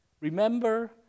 Remember